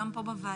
גם פה בוועדה,